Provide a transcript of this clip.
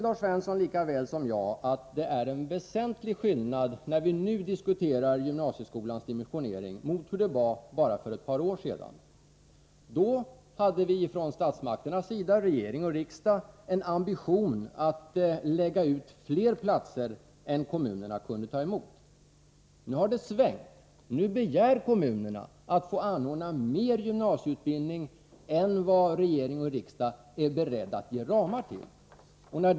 Lars Svensson vet lika väl som jag att när vi nu diskuterar gymnasieskolans dimensioner är det en väsentlig skillnad mot det var bara för ett par år sedan. Då hade man från statsmakternas sida — regering och riksdag — ambitionen att lägga ut fler platser än kommunerna kunde ta emot. Men sedan har det skett en omsvängning. Nu begär kommunerna att få anordna mer gymnasieutbildning än vad regering och riksdag är beredda att bevilja medelsramar för.